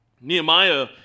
Nehemiah